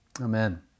Amen